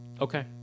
Okay